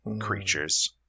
creatures